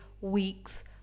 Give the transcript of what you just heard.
weeks